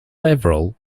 several